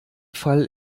fall